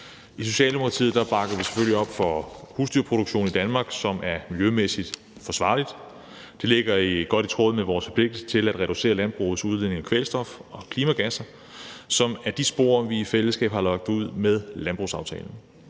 I Socialdemokratiet bakker vi selvfølgelig op om husdyrproduktion i Danmark, som er miljømæssigt forsvarlig. Det ligger godt i tråd med vores forpligtigelse til at reducere landbrugets udledning af kvælstof og klimagasser, som er de spor, vi i fællesskab har lagt ud med landbrugsaftalen.